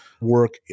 work